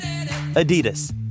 Adidas